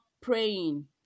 praying